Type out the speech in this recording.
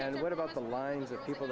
and what about the lines of people